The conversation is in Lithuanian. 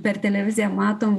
per televiziją matom